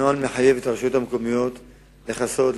הנוהל מחייב את הרשויות המקומיות לכסות,